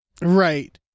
Right